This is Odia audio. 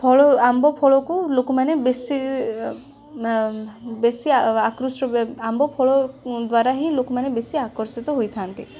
ଫଳ ଆମ୍ବଫଳକୁ ଲୋକମାନେ ବେଶୀ ବେଶୀ ଆକୃଷ୍ଟ ଆମ୍ବଫଳ ଦ୍ବାରା ହିଁ ଲୋକମାନେ ବେଶୀ ଆକର୍ଷିତ ହୋଇଥାନ୍ତି